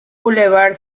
boulevard